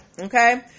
okay